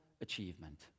achievement